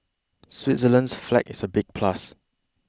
Switzerland's flag is a big plus